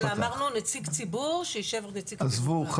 אלא דיברנו על נציג ציבור שישב שם --- עזבו את זה,